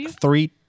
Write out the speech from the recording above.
three